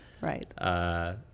Right